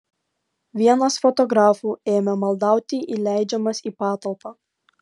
vienas fotografų ėmė maldauti įleidžiamas į patalpą